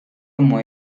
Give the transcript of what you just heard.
como